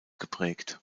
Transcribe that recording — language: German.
geprägt